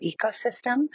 ecosystem